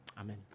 amen